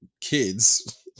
kids